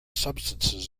substances